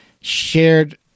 shared